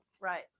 Right